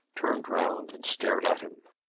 turned round and stared at him.